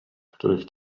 których